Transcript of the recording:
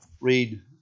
read